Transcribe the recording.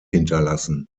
hinterlassen